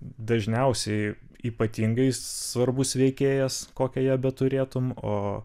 dažniausiai ypatingai svarbus veikėjas kokią ją beturėtum o